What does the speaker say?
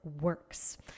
works